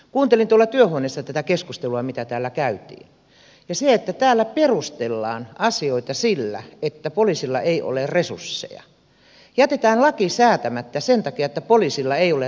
kuuntelin tuolla työhuoneessa tätä keskustelua mitä täällä käytiin ja sitä että täällä perustellaan asioita sillä että poliisilla ei ole resursseja jätetään laki säätämättä sen takia että poliisilla ei ole resursseja